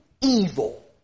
evil